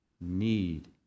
need